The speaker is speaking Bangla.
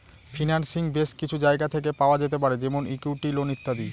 ফিন্যান্সিং বেস কিছু জায়গা থেকে পাওয়া যেতে পারে যেমন ইকুইটি, লোন ইত্যাদি